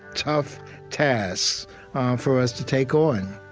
tough tasks for us to take on